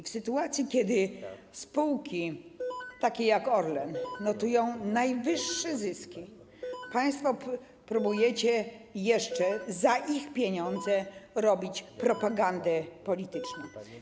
W sytuacji, kiedy spółki takie jak Orlen notują najwyższe zyski, państwo próbujecie jeszcze, za ich pieniądze, robić propagandę polityczną.